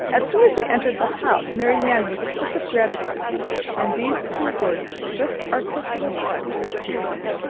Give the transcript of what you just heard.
as soon as they entered the house, marianne with a kiss of gratitude and these two words just articulate through her tears,